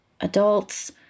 adults